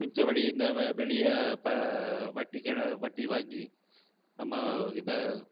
மிச்சபடி இந்த வெளியே இப்போ வட்டிகட வட்டி வாங்கி நம்ம இதை